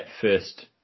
first